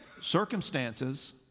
Circumstances